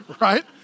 right